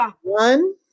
One